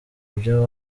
ibyo